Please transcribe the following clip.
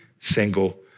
single